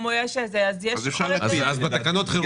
הגודש ואתם נצמדים עם אבני דרך לתוכנית של משרד התחבורה